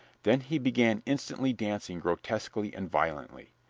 then he began instantly dancing grotesquely and violently.